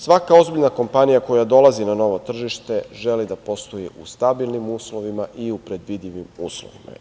Svaka ozbiljna kompanija koja dolazi na novo tržište želi da posluje u stabilnim uslovima i u predvidim uslovima.